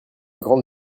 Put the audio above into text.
grande